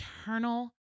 eternal